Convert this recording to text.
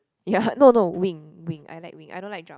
ya no no wing wing I like wing I don't like drum